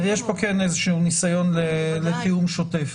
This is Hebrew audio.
יש פה איזשהו ניסיון לקיום תאום שוטף.